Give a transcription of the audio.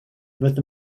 with